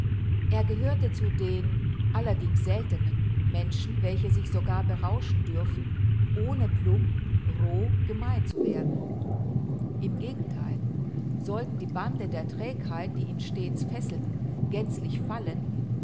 er gehörte zu den allerdings seltenen menschen welche sich sogar berauschen dürfen ohne plump roh gemein zu werden im gegentheil sollten die bande der trägheit die ihn stets fesselten gänzlich fallen